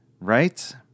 right